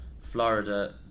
Florida